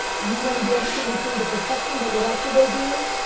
we want to do everything we can to protect them. but what else do they do?